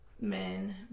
men